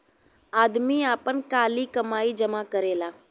आदमी आपन काली कमाई जमा करेला